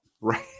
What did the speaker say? right